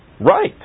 right